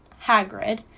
Hagrid